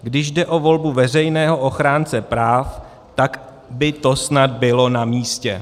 Když jde o volbu veřejného ochránce práv, tak by to snad bylo namístě.